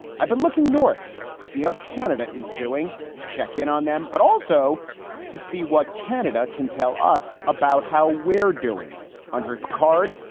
i've been looking north to see how ah canada is doing to check in on them, but also to see what canada can tell us about how we're doing andre picard,